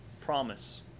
promise